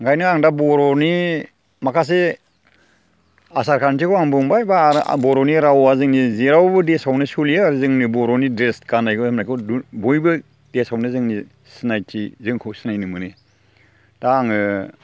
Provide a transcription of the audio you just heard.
ओंखायनो आं दा बर'नि माखासे आसार खान्थिखौ आं बुंबाय एबा बर'नि रावआ जोंनि जेरावबो देसावनो सोलियो आरो जोंनि बर'नि ड्रेस गाननाय जोमनायखौ बयबो देसावनो जोंनि सिनायथि जोंखौ सिनायनो मोनो दा आङो